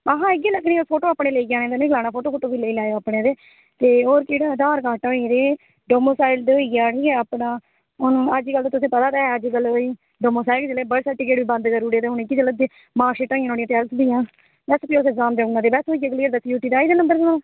में हें इयै लग्गनियां होर ते फोटो बी लेई लैयो अपने ते होर केह्ड़ा आधार कार्ड होई गेआ ते डेमोसाईल होइया अपना अज्जकल तुसेंगी पता गै अज्जकल बड़े सारे सर्टीफिकेट बंद करी ओड़े अज्जकल इयै चला दे मार्कशीटां हियां टवेल्थ दियां ते एग्ज़ाम देना ते बस आइया नंबर थुआढ़ा